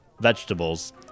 vegetables